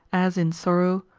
as in sorrow,